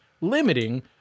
limiting